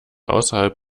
außerhalb